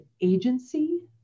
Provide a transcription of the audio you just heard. agency